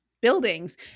buildings